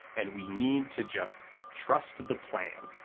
and we need to just trust the plan.